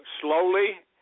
slowly